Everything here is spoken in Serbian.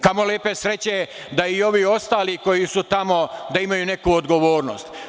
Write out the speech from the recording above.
Kamo lepe sreće da i ovi ostali koji su tamo, da imaju neku odgovornost.